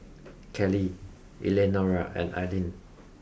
Kelli Eleanora and Ailene